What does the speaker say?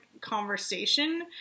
conversation